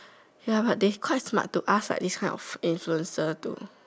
ya but they quite smart to ask like these kind of influencer to